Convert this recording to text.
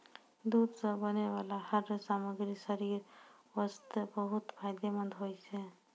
दूध सॅ बनै वाला हर सामग्री शरीर वास्तॅ बहुत फायदेमंंद होय छै